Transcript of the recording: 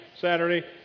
Saturday